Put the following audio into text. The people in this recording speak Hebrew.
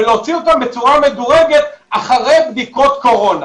ולהוציא אותם בצורה מדורגת אחרי בדיקות קורונה.